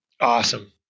Awesome